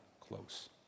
close